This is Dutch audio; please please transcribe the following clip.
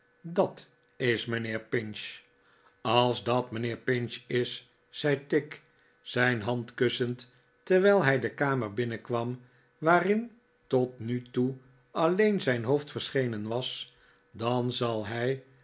dat is mijnheer pinch als dat mijnheer pinch is zei tigg zijn hand kussend terwijl hij de kamer binnenkwam waarin tot nu toe alleen zijn hoofd verschenen was dan zal hij